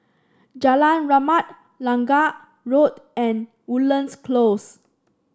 Jalan Rahmat Lange Road and Woodlands Close